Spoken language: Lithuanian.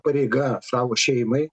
pareiga savo šeimai